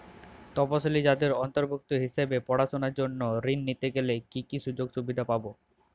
তফসিলি জাতির অন্তর্ভুক্ত হিসাবে পড়াশুনার জন্য ঋণ নিতে গেলে কী কী সুযোগ সুবিধে পাব?